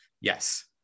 Yes